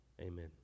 Amen